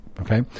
Okay